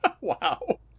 Wow